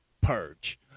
purge